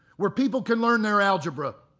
where people can learn their algebra.